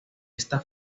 esta